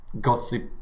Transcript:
gossip